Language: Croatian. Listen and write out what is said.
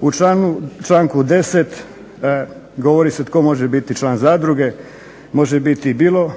U članku 10. govori se tko može biti član zadruge. Može biti bilo,